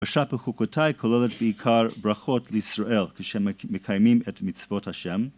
ושפה חוקותיי כוללת בעיקר ברכות לישראל כשמקיימים את מצוות השם